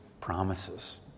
promises